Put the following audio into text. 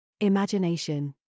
imagination